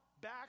back